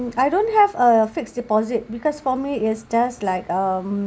mm I don't have a fixed deposit because for me it's just like um